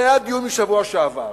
ראה הדיון משבוע שעבר.